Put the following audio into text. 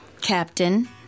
Captain